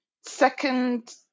second